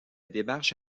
démarche